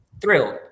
thrilled